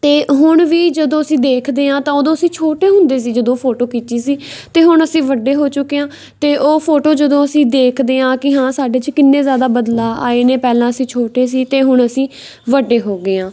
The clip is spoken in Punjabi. ਅਤੇ ਹੁਣ ਵੀ ਜਦੋਂ ਅਸੀਂ ਦੇਖਦੇ ਹਾਂ ਤਾਂ ਉਦੋਂ ਅਸੀਂ ਛੋਟੇ ਹੁੰਦੇ ਸੀ ਜਦੋਂ ਫੋਟੋ ਖਿੱਚੀ ਸੀ ਅਤੇ ਹੁਣ ਅਸੀਂ ਵੱਡੇ ਹੋ ਚੁੱਕੇ ਹਾਂ ਅਤੇ ਉਹ ਫੋਟੋ ਜਦੋਂ ਅਸੀਂ ਦੇਖਦੇ ਹਾਂ ਕਿ ਹਾਂ ਸਾਡੇ 'ਚ ਕਿੰਨੇ ਜ਼ਿਆਦਾ ਬਦਲਾਅ ਆਏ ਨੇ ਪਹਿਲਾਂ ਅਸੀਂ ਛੋਟੇ ਸੀ ਅਤੇ ਹੁਣ ਅਸੀਂ ਵੱਡੇ ਹੋ ਗਏ ਹਾਂ